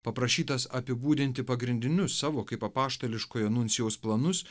paprašytas apibūdinti pagrindinius savo kaip apaštališkojo nuncijaus planus